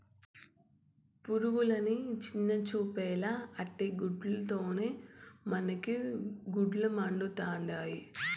పురుగులని చిన్నచూపేలా ఆటి గూల్ల తోనే మనకి గుడ్డలమరుతండాయి